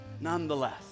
nonetheless